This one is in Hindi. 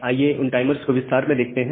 आइए उन टाइमर्स को विस्तार में देखते हैं